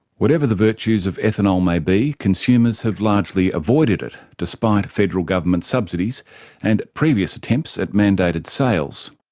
whatever the virtues of ethanol may be, consumers have largely avoided it, despite federal government subsidies and previous attempts at mandated sales.